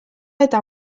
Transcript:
eta